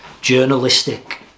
journalistic